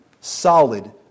solid